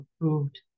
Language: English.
approved